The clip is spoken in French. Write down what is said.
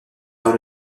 par